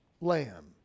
lamb